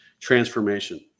transformation